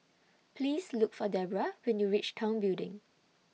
Please Look For Debrah when YOU REACH Tong Building